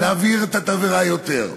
להבעיר את התבערה יותר.